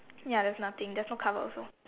ya there's nothing there's no cover also